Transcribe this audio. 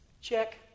Check